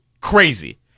Crazy